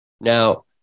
Now